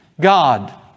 God